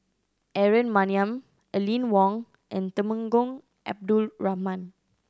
Aaron Maniam Aline Wong and Temenggong Abdul Rahman